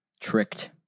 tricked